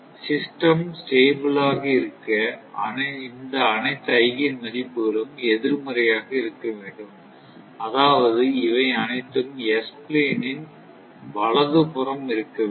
system stable ஆக இருக்க இந்த அனைத்து ஐகேன் மதிப்புகளும் எதிர்மறையாக இருக்க வேண்டும் அதாவது இவை அனைத்தும் S பிளேன் ன் வலது புறம் இருக்க வேண்டும்